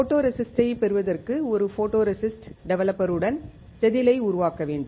போட்டோரெசிஸ்ட்டை பெறுவதற்கு ஒரு போட்டோரெசிஸ்ட் டெவலப்பருடன் செதிலை உருவாக்க வேண்டும்